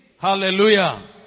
Hallelujah